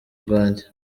rwanjye